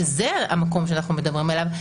שזה המקום שאנחנו מדברים עליו,